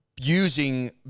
using